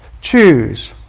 choose